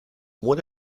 what